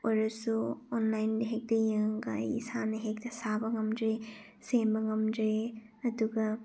ꯑꯣꯏꯔꯁꯨ ꯑꯣꯟꯂꯥꯏꯟ ꯍꯦꯛꯇ ꯌꯦꯡꯉꯒ ꯑꯩ ꯏꯁꯥꯅ ꯍꯦꯛꯇ ꯁꯥꯕ ꯉꯝꯖꯩ ꯁꯦꯝꯕ ꯉꯝꯖꯩ ꯑꯗꯨꯒ